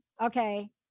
okay